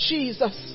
Jesus